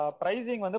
pricing